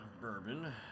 Bourbon